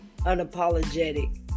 unapologetic